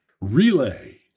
relay